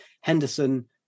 Henderson